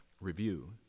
review